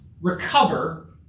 recover